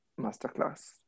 Masterclass